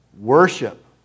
Worship